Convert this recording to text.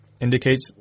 indicates